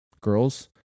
girls